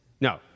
No